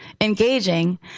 engaging